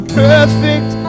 perfect